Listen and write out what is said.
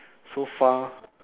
so far